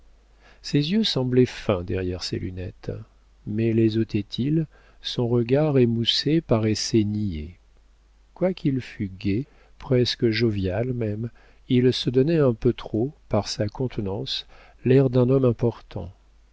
ses yeux semblaient fins derrière ses lunettes mais les ôtait il son regard émoussé paraissait niais quoiqu'il fût gai presque jovial même il se donnait un peu trop par sa contenance l'air d'un homme important